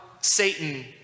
Satan